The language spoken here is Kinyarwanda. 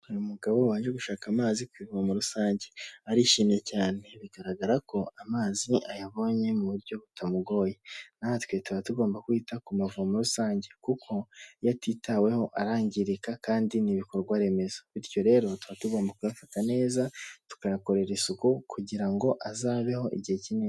Ni umugabo waje gushaka amazi ku ivomo rusange, arishimye cyane bigaragara ko amazi ayabonye mu buryo butamugoye. Natwe tuba tugomba kwita ku mavomo rusange, kuko iyo atitaweho arangirika kandi n'ibikorwa remezo, bityo rero tuba tugomba kuyafata neza, tukayakorera isuku kugira ngo azabeho igihe kinini.